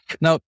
Now